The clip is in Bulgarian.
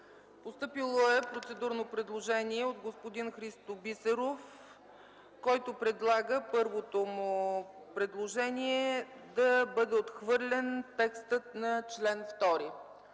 Постъпило е процедурно предложение от господин Христо Бисеров, който предлага – първото му предложение, да бъде отхвърлен текстът на чл. 2.